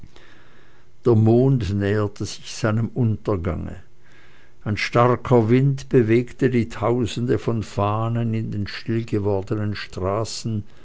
der mond näherte sich seinem untergange ein starker wind bewegte die tausende von fahnen in den stillgewordenen straßen